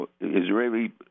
Israeli